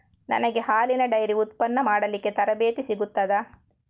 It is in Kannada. ನನಗೆ ಹಾಲಿನ ಡೈರಿ ಉತ್ಪನ್ನ ಮಾಡಲಿಕ್ಕೆ ತರಬೇತಿ ಸಿಗುತ್ತದಾ?